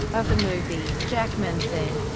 of the movie, jackman said,